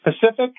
Pacific